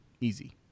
Easy